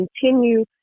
continue